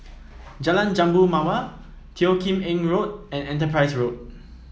Jalan Jambu Mawar Teo Kim Eng Road and Enterprise Road